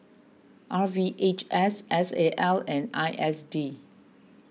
R V H S S A L and I S D